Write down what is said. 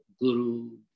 guru